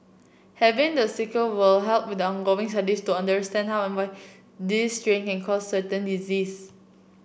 having the sequence will help with ongoing studies to understand how and why this strain can cause disease